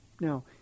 Now